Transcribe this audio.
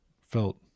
felt